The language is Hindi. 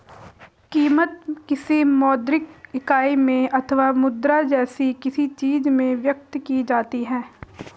कीमत, किसी मौद्रिक इकाई में अथवा मुद्रा जैसी किसी चीज में व्यक्त की जाती है